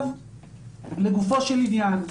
לגופו של עניין.